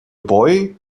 boy